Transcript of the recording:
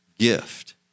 gift